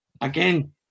again